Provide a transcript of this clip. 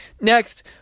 Next